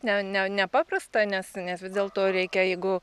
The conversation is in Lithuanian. ne ne nepaprasta nes nes vis dėlto reikia jeigu